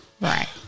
Right